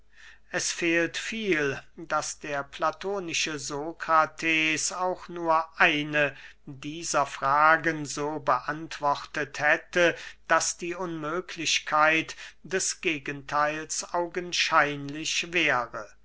es fehlt viel daß der platonische sokrates auch nur eine dieser fragen so beantwortet hätte daß die unmöglichkeit des gegentheils augenscheinlich wäre